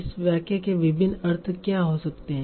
इस वाक्य के विभिन्न अर्थ क्या हो सकते हैं